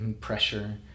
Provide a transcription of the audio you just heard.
pressure